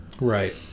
Right